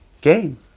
game